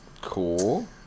cool